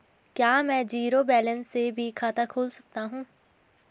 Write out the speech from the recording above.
क्या में zero balance से भी खाता खोल सकता हूँ?